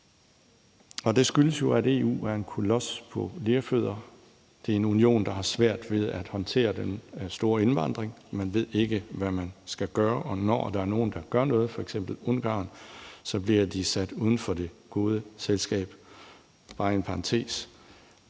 Det skyldes jo, at EU er en kolos på lerfødder. Det er en union, der har svært ved at håndtere den store indvandring. Man ved ikke, hvad man skal gøre, og når der er nogle, der gør noget, f.eks. Ungarn, bliver de sat uden for det gode selskab. I parentes